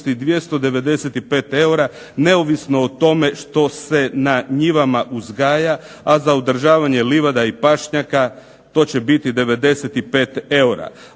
295 eura neovisno o tome što se na njivama uzgaja, a za održavanje livada i pašnjaka to će biti 95 eura.